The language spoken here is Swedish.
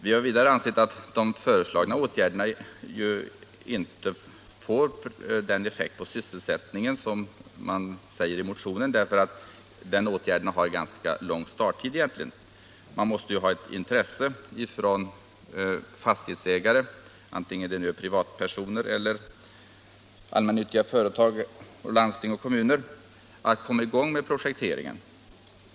Vi har vidare ansett att de av socialdemokraterna föreslagna åtgärderna inte får den effekt på sysselsättningen som det sägs i motionen, eftersom det blir fråga om en ganska lång starttid. Det måste finnas ett intresse hos fastighetsägarna — antingen de nu är privatpersoner eller allmännyttiga företag, landsting eller kommuner — att komma i gång med projekteringen.